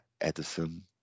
Edison